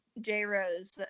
J-Rose